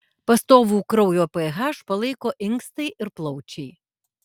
pastovų kraujo ph palaiko inkstai ir plaučiai